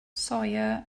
soia